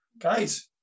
Guys